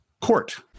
Court